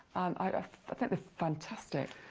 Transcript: ah ah for the fantastic,